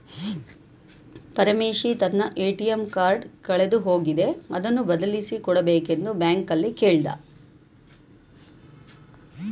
ಪರಮೇಶ ತನ್ನ ATM card ಕಳೆದು ಹೋಗಿದೆ ಅದನ್ನು ಬದಲಿಸಿ ಕೊಡಬೇಕೆಂದು ಬ್ಯಾಂಕಲ್ಲಿ ಕೇಳ್ದ